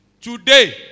Today